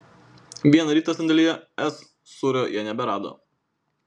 vieną rytą sandėlyje s sūrio jie neberado